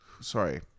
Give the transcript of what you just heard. Sorry